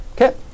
Okay